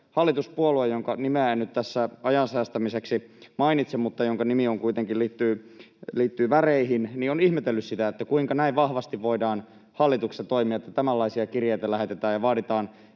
hallituspuolue, jonka nimeä en nyt tässä ajan säästämiseksi mainitse, mutta jonka nimi kuitenkin liittyy väreihin, on ihmetellyt sitä, kuinka näin vahvasti voidaan hallituksessa toimia, että tämänlaisia kirjeitä lähetetään ja vaaditaan